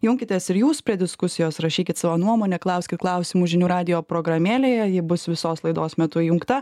junkitės ir jūs prie diskusijos rašykit savo nuomonę klauskit klausimų žinių radijo programėlėje ji bus visos laidos metu įjungta